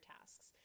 tasks